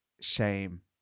shame